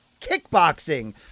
Kickboxing